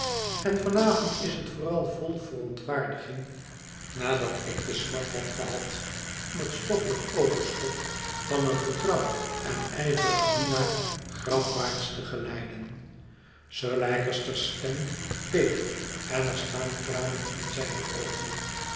en van avond is het vooral vol verontwaardiging nadat ik de smart heb gehad om het stoffelijk overschot van een getrouw en ijverig dienaar grafwaarts te geleiden sir leicester's stem beeft en er staan tranen in zijne oogen